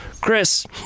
Chris